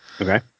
Okay